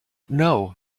know